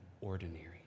ordinary